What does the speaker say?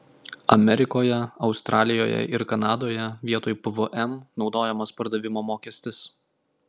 amerikoje australijoje ir kanadoje vietoj pvm naudojamas pardavimo mokestis